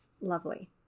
Lovely